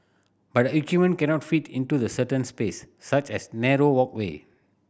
but the equipment cannot fit into the certain space such as narrow walkway